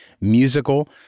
musical